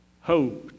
hope